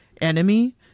enemy